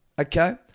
Okay